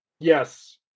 Yes